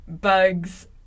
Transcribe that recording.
bugs